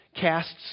casts